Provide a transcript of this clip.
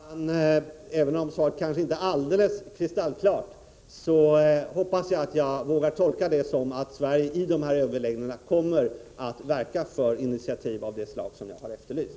Herr talman! Även om svaret kanske inte är alldeles kristallklart, hoppas jagatt jag vågar tolka det så, att Sverige vid dessa överläggningar kommer att verka för ett initiativ av det slag som jag har efterlyst.